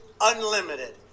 unlimited